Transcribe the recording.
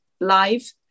live